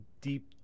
deep